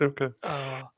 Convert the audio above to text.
Okay